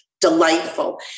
delightful